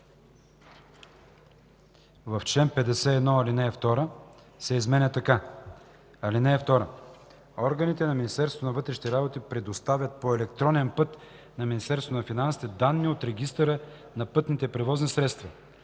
в чл. 51 ал. 2 се изменя така: „(2) Органите на Министерството на вътрешните работи предоставят по електронен път на Министерството на финансите данни от регистъра на пътните превозни средства.